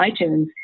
iTunes